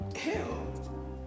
Hell